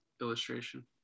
illustration